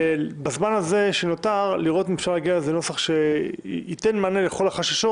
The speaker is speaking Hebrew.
ובזמן שנותר לראות אם אפשר להגיע לאיזה נוסח שייתן מענה לכל החששות.